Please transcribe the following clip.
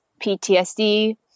PTSD